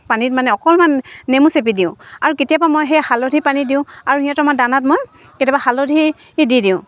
পানীত মানে অকণমান নেমু চেপি দিওঁ আৰু কেতিয়াবা মই সেই হালধি পানী দিওঁ আৰু সিহঁতৰ মই দানাত মই কেতিয়াবা হালধি দি দিওঁ